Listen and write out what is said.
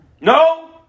No